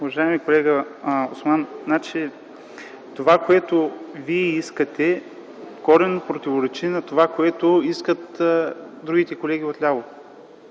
Уважаеми колега Осман, това, което Вие искате, коренно противоречи на онова, което искат другите колеги отляво.